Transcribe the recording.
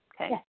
Okay